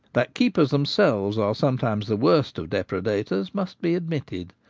that keepers themselves are sometimes the worst of depredators must be admitted.